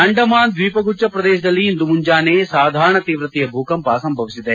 ಅಂಡಮಾನ್ ದ್ವೀಪಗುಚ್ಚ ಪ್ರದೇಶದಲ್ಲಿ ಇಂದು ಮುಂಜಾನೆ ಸಾಧಾರಣ ತೀವ್ರತೆಯ ಭೂಕಂಪ ಸಂಭವಿಸಿದೆ